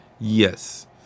Yes